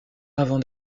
avant